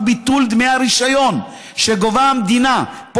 ביטול דמי הרישיון שגובה המדינה היום מבעלי הרישיונות,